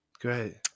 great